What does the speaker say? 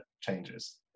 changes